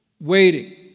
waiting